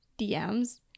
DMs